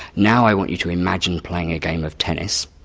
now i want you to imagine playing a game of tennis',